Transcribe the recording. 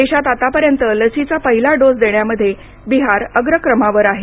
देशात आतापर्यन्त लसीचा पहिला डोस देण्यामध्ये बिहार अग्रक्रमावर आहे